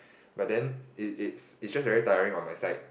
but then it it's it's just very tiring on my side